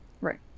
Right